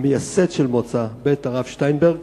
המייסד של מוצא, בית הרב שטיינברג,